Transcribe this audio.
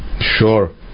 sure